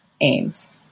aims